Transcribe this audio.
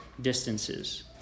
distances